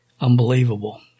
Unbelievable